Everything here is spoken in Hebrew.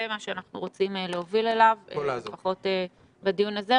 זה מה שאנחנו רוצים להוביל אליו לפחות בדיון הזה.